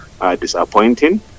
disappointing